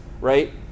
right